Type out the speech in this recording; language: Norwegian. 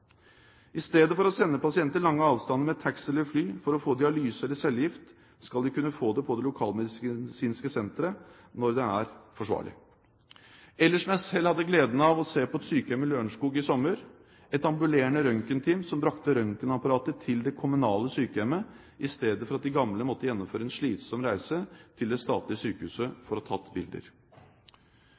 I stedet for å sende pasienter lange avstander med taxi eller fly for å få dialyse eller cellegift skal de kunne få det på lokalmedisinske sentre når det er forsvarlig – eller, som jeg hadde gleden av å se på et sykehjem i Lørenskog i sommer: et ambulerende røntgenteam som brakte røntgenapparatet til det kommunale sykehjemmet, i stedet for at de gamle måtte gjennomføre en slitsom reise til det statlige sykehuset for å få tatt bilder.